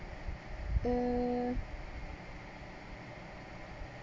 err